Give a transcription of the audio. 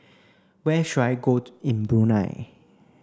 where should I go to in Brunei